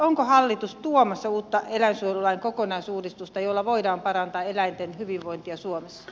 onko hallitus tuomassa uutta eläinsuojelulain kokonaisuudistusta jolla voidaan parantaa eläinten hyvinvointia suomessa